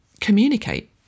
communicate